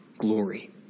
Glory